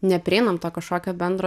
neprieinam to kažkokio bendro